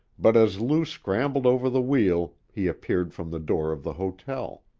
but as lou scrambled over the wheel he appeared from the door of the hotel.